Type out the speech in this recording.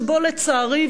שבו לצערי,